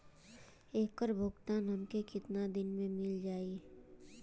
ऐकर भुगतान हमके कितना दिन में मील जाई?